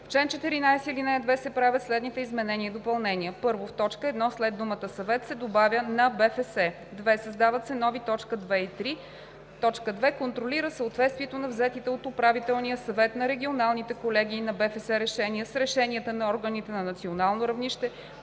В чл. 14, ал. 2 се правят следните изменения и допълнения: 1. В т. 1 след думата „съвет“ се добавя „на БФС“. 2. Създават се нови т. 2 и 3: „2. контролира съответствието на взетите от управителния съвет на регионалните колегии на БФС решения с решенията на органите на национално равнище